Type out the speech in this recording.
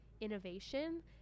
innovation